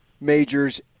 majors